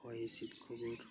ᱦᱚᱭ ᱦᱤᱸᱥᱤᱫ ᱠᱷᱚᱵᱚᱨ